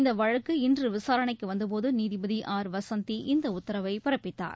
இந்த வழக்கு இன்று விசாரணைக்கு வந்தபோது நீதிபதி ஆர் வசந்தி இந்த உத்தரவை பிறப்பித்தார்